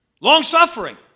Long-suffering